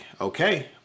Okay